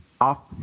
off